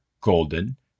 Golden